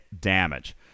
Damage